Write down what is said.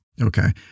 Okay